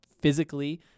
physically